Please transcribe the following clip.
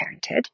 parented